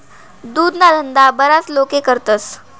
दुधना धंदा बराच लोके करतस